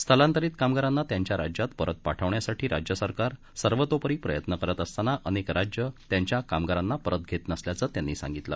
स्थलांतरित कामगारांना त्यांच्या राज्यात परत पाठवण्यासाठी राज्य सरकार सर्वतोपरी प्रयत्न करत असताना अनेक राज्यं त्यांच्या कामगारांना परत घेत नसल्याचं त्यांनी सांगितलं